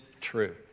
true